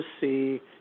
see